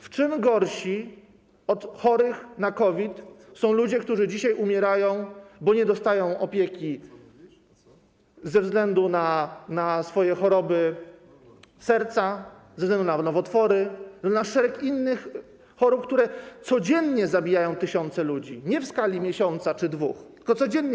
W czym gorsi od chorych na COVID są ludzie, którzy dzisiaj umierają, bo nie dostają opieki ze względu na choroby serca, ze względu na nowotwory, na szereg innych chorób, które codziennie zabijają tysiące ludzi, i to nie w skali miesiąca czy dwóch, tylko codziennie?